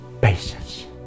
patience